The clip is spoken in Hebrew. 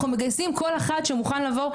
אנחנו מגייסים כל אחד שמוכן לבוא.